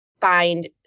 find